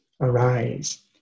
arise